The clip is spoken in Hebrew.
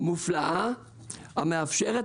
מופלאה המאפשרת,